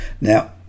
now